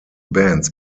bands